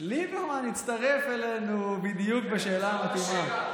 ליברמן הצטרף אלינו בדיוק בשאלה המתאימה.